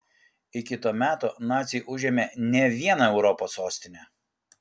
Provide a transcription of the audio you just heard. iki to meto naciai užėmė ne vieną europos sostinę